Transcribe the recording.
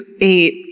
eight